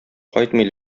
кайтмый